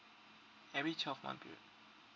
every twelve month period